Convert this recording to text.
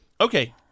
Okay